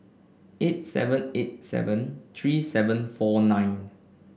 eight seven eight seven three seven four nine